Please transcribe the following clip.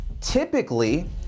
typically